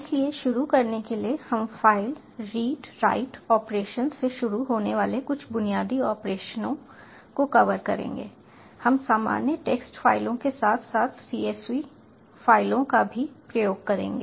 इसलिए शुरू करने के लिए हम फ़ाइल रीडराइट ऑपरेशंस से शुरू होने वाले कुछ बुनियादी ऑपरेशनों को कवर करेंगे हम सामान्य टेक्स्ट फाइलों के साथ साथ csv सीएसवी फाइलों का भी प्रयोग करेंगे